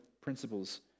principles